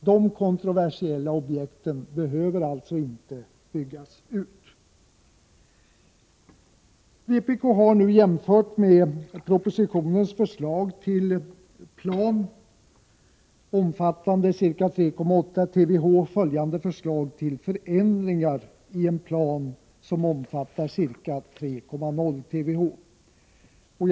De kontroversiella objekten behöver alltså inte byggas ut. Vpk har nu, jämfört med propositionens förslag till plan omfattande ca 3,8 TWh, en rad förslag till förändringar i en plan som omfattar ca 3 TWh.